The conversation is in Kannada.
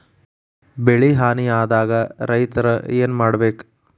ಬೆಳಿ ಹಾನಿ ಆದಾಗ ರೈತ್ರ ಏನ್ ಮಾಡ್ಬೇಕ್?